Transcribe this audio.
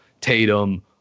Tatum